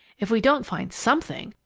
if we don't find something,